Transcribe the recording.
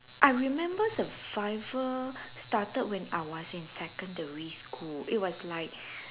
I remember survivor started when I was in secondary school it was like